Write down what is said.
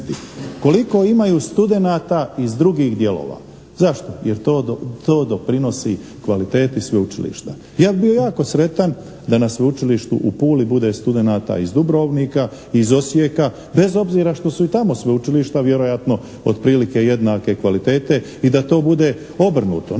Koliko imaju studenata iz drugih dijelova? Zašto? Jer to doprinosi kvaliteti sveučilišta. Ja bih bio jako sretan da na Sveučilištu u Puli bude studenata iz Dubrovnika, iz Osijeka, bez obzira što su i tamo sveučilišta vjerojatno otprilike jednake kvalitete i da to bude obrnuto,